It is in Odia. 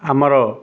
ଆମର